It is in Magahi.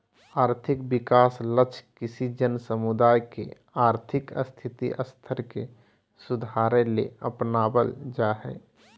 और्थिक विकास लक्ष्य किसी जन समुदाय के और्थिक स्थिति स्तर के सुधारेले अपनाब्ल जा हइ